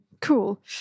cool